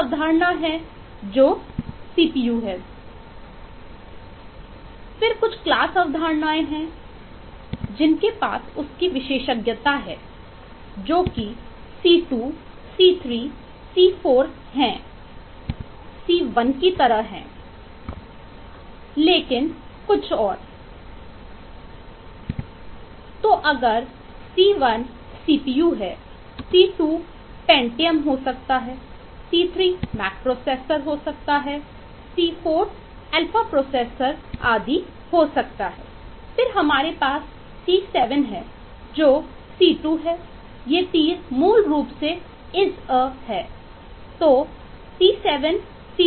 फिर कुछ क्लास है